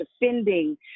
defending